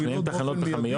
שתי התחנות שהזכרת הן פחמיות?